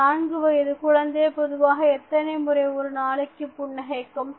ஒரு நான்கு வயது குழந்தை பொதுவாக எத்தனை முறை ஒரு நாளைக்கு புன்னகைக்கும்